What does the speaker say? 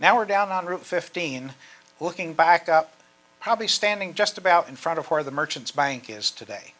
now we're down on route fifteen looking back up probably standing just about in front of where the merchants bank is today